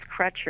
Crutcher